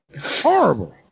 horrible